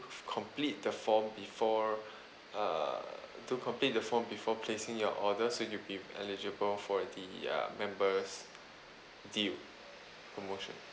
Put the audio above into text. complete the form before uh to complete the form before placing your order so you'll be eligible for the uh member's the promotion